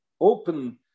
open